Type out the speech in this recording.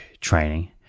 training